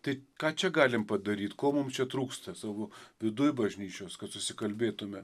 tai ką čia galim padaryti ko mums trūksta savo viduj bažnyčios kad susikalbėtume